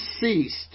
ceased